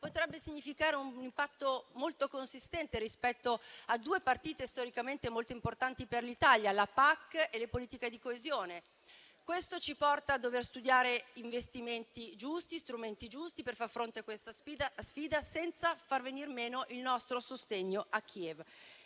potrebbe comportare un impatto molto consistente rispetto a due partite storicamente molto importanti per l'Italia: la politica agricola comune (PAC) e la politica di coesione. Questo ci porta a dover studiare investimenti e strumenti giusti per far fronte a questa sfida, senza far venir meno il nostro sostegno a Kiev.